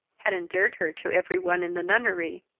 had endeared her to every one in the nunnery.